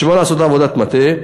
בשביל מה לעשות עבודת מטה?